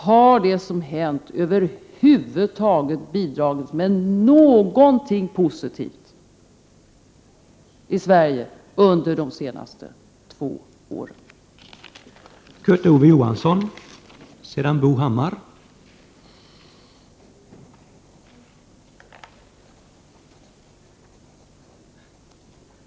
Har det som hänt över huvud taget bidragit med någonting positivt i Sverige under de senaste två åren?